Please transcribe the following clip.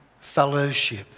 fellowship